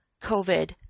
COVID